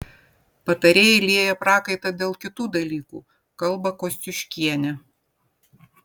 patarėjai lieja prakaitą dėl kitų dalykų kalba kosciuškienė